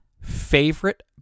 favorite